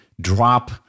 drop